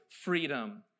freedom